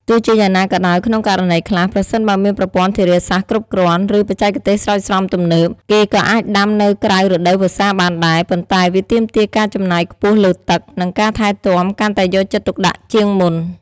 ទោះជាយ៉ាងណាក៏ដោយ ក្នុងករណីខ្លះ ប្រសិនបើមានប្រព័ន្ធធារាសាស្រ្តគ្រប់គ្រាន់ ឬបច្ចេកទេសស្រោចស្រពទំនើប គេក៏អាចដាំនៅក្រៅរដូវវស្សាបានដែរ ប៉ុន្តែវាទាមទារការចំណាយខ្ពស់លើទឹក និងការថែទាំកាន់តែយកចិត្តទុកដាក់ជាងមុន។